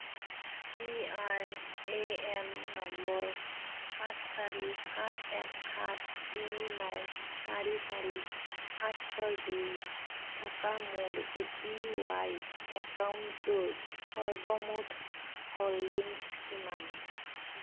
P R A N number সাত চাৰি এক সাত তিনি ন চাৰি চাৰি সাত ছয় দুই থকা মোৰ এ পি ৱাই একাউণ্টটোৰ সৰ্বমুঠ হ'ল্ডিংছ কিমান